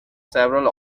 several